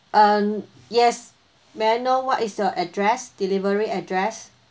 um yes may I know what is your address delivery address